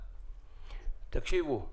תקשיבו,